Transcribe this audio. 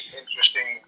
interesting